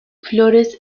flores